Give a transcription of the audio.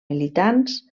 militants